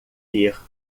ter